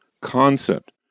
concept